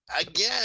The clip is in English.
again